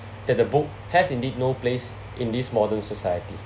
that the book has indeed no place in this modern society